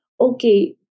okay